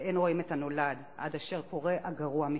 ואין רואים את הנולד עד אשר קורה הגרוע מכול.